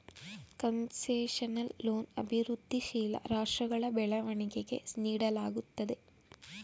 concessional loan ಅಭಿವೃದ್ಧಿಶೀಲ ರಾಷ್ಟ್ರಗಳ ಬೆಳವಣಿಗೆಗೆ ನೀಡಲಾಗುತ್ತದೆ